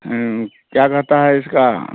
क्या कहता है इसका